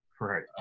Right